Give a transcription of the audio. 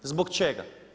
Zbog čega.